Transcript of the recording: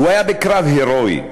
הוא היה בקרב הירואי.